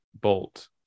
Bolt